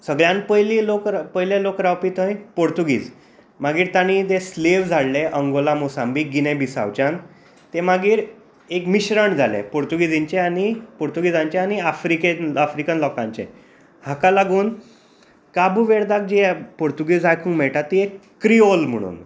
सगळ्यांत पयलीं पयले लोक रावपी थंय पुर्तुगीज मागीर तांणी ते स्लेवस हाडले अंगोला मोसांबीक गिनेबीसावचान ते मागीर एक मिश्रण जालें पुर्तुगीजीचे आनी पुर्तुगीजाचे आनी आफ्रिकन लोकांचे हाका लागून काबूवेर्दाक जे पुर्तुगीज आयकूंक मेळटा ते क्रिओल म्हणून